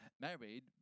married